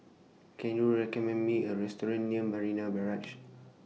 Can YOU recommend Me A Restaurant near Marina Barrage